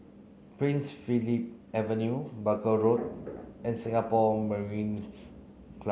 Prince Philip Avenue Buckle Road and Singapore Mariners'